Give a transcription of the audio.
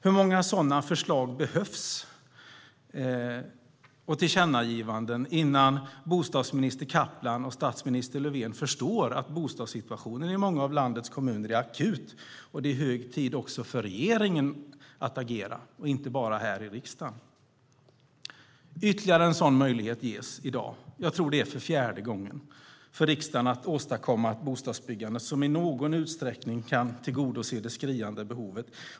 Hur många sådana förslag och tillkännagivanden behövs det innan bostadsminister Kaplan och statsminister Löfven förstår att bostadssituationen i många av landets kommuner är akut och att det är hög tid för regeringen att agera, och det inte bara här i riksdagen? Ytterligare en möjlighet ges i dag - jag tror att det är för fjärde gången - för riksdagen att åstadkomma ett bostadsbyggande som i någon utsträckning kan tillgodose det skriande behovet.